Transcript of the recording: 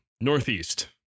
northeast